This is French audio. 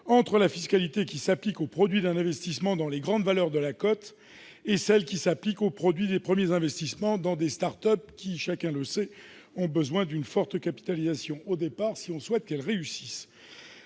entre la fiscalité qui s'applique aux produits d'un investissement dans les grandes valeurs de la cote et celle qui s'applique aux produits des premiers investissements dans les start-up, qui, chacun le sait, ont besoin d'une forte capitalisation au départ pour réussir.